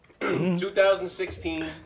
2016